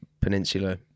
peninsula